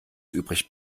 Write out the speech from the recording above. übrig